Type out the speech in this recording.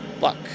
luck